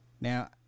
Now